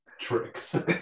tricks